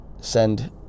send